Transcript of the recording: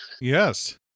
yes